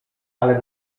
ale